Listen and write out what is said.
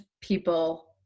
people